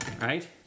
Right